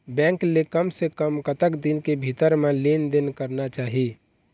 Bank ले कम से कम कतक दिन के भीतर मा लेन देन करना चाही?